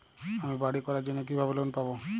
আমি বাড়ি করার জন্য কিভাবে লোন পাব?